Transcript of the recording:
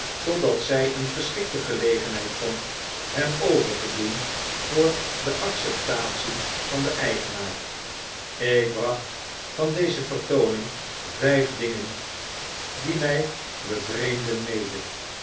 totdat zij een geschikte gelegenheid vond hem over te doen voor de acceptatie van den eigenaar ik bracht van deze vertooning vijf dingen die mij bevreemden mede